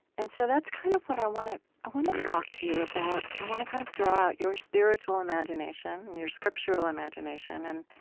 and so that's kind of what i want to i want to talk to you about i want to kind of draw out your spiritual imagination, and your scriptural imagination. and